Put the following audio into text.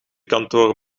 kantoor